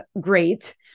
great